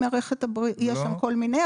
יש שם כל מיני,